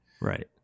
Right